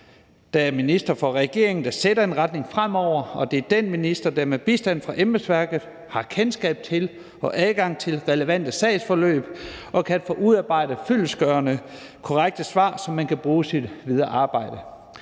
der er minister for regeringen, som sætter en retning fremover, og det er den minister, der med bistand fra embedsværket har kendskab til og adgang til relevante sagsforløb og kan få udarbejdet fyldestgørende korrekte svar, som man kan bruge i sit videre arbejde.